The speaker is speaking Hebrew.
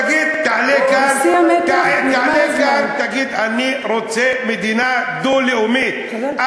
תעלה כאן ותגיד: אני רוצה מדינה דו-לאומית,